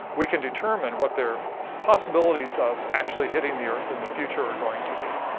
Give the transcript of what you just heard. we can determine what their possibilities of actually hitting the earth in the future are going to be.